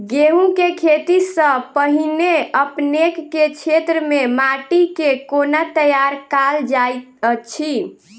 गेंहूँ केँ खेती सँ पहिने अपनेक केँ क्षेत्र मे माटि केँ कोना तैयार काल जाइत अछि?